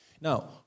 Now